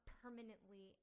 permanently